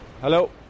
Hello